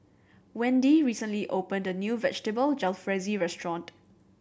Wendi recently opened a new Vegetable Jalfrezi Restaurant